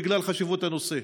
בגלל חשיבות הנושא.